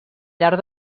llarg